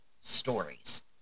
stories